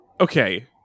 okay